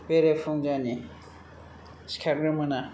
बेरेफुंजानि सिखारग्रोमोना